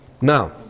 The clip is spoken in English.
Now